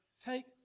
take